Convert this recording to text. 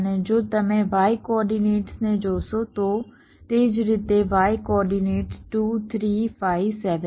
અને જો તમે y કોઓર્ડિનેટ્સને જોશો તો તે જ રીતે y કોઓર્ડિનેટ્સ 2 3 5 7 છે